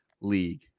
league